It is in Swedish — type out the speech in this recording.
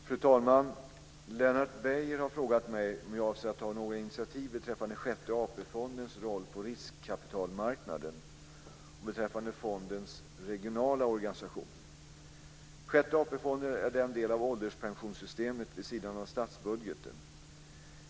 Fru talman! Lennart Beijer har frågat mig om jag avser att ta några initiativ beträffande Sjätte AP Sjätte AP-fonden är en del av ålderspensionssystemet vid sidan av statsbudgeten.